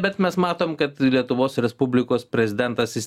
bet mes matom kad lietuvos respublikos prezidentas jis